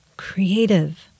creative